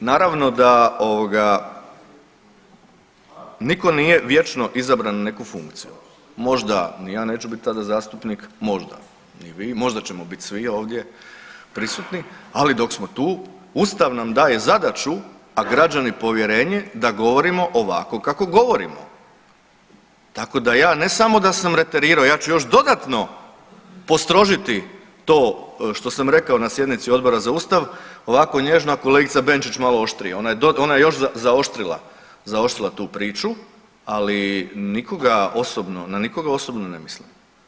E sad, naravno da niko nije vječno izabran u neku funkciju, možda ni ja neću bit tada zastupnik, možda ni vi, možda ćemo biti svi ovdje prisutni, ali dok smo tu ustav nam daje zadaću, a građani povjerenje da govorimo ovako kako govorimo, tako da ja ne samo da sam reterirao, ja ću još dodatno postrožiti to što sam rekao na sjednici Odbora za ustav, ovako nježno, a kolegica Benčić malo oštrije, ona je još zaoštrila tu priču, ali na nikoga osobno ne mislim.